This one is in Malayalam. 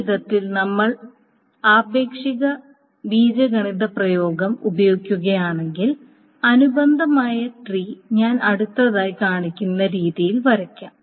ഈ വിധത്തിൽ നമ്മൾ ആപേക്ഷിക ബീജഗണിത പ്രയോഗം ഉപയോഗിക്കുകയാണെങ്കിൽ അനുബന്ധമായ ട്രീ ഞാൻ അടുത്തതായി കാണിക്കുന്ന രീതിയിൽ വരയ്ക്കാം